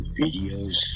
videos